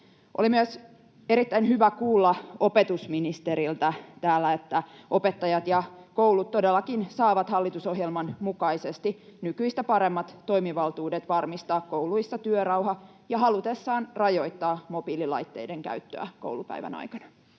Oli myös erittäin hyvä kuulla opetusministeriltä täällä, että opettajat ja koulut todellakin saavat hallitusohjelman mukaisesti nykyistä paremmat toimivaltuudet varmistaa kouluissa työrauha ja halutessaan rajoittaa mobiililaitteiden käyttöä koulupäivän aikana.